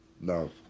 No